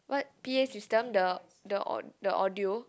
what p_a system the the the audio